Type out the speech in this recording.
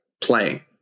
Playing